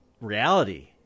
reality